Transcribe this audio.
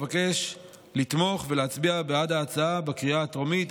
אבקש לתמוך ולהצביע בעד ההצעה בקריאה הטרומית,